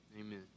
amen